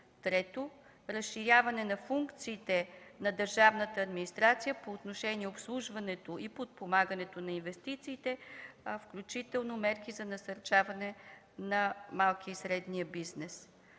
трето – разширяване на функциите на държавната администрация по отношение обслужването и подпомагането на инвестициите, включително мерки за насърчаване на малкия и средния бизнес.